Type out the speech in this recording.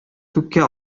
күккә